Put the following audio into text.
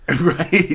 right